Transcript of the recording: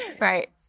right